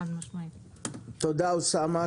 תודה אוסאמה.